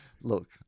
look